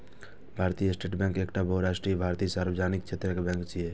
भारतीय state bank एकटा बहुराष्ट्रीय भारतीय सार्वजनिक क्षेत्रक बैंक छियै